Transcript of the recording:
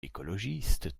écologistes